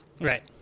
Right